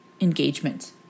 engagement